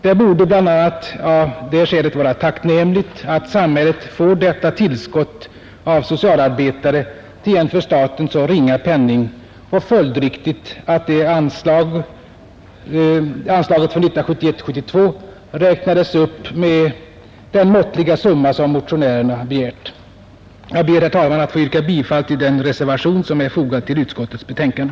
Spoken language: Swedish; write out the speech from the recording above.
Det borde bl.a. av det skälet vara tacknämligt att samhället får detta tillskott av socialarbetare till en för staten ringa penning och det borde också vara följdriktigt att anslaget för budgetåret 1971/72 räknades upp med det måttliga belopp som motionärerna begär. Jag ber, herr talman, att få yrka bifall till reservationen 1 som är fogad vid punkten 18 i utskottets betänkande.